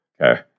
Okay